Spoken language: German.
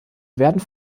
werden